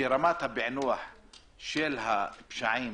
שרמת הפענוח של הפשעים